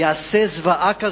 יעשה זוועה כזאת.